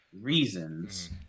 reasons